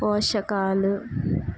పోషకాలు